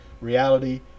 reality